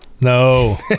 no